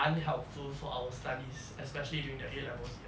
unhelpful for our studies especially during the A levels year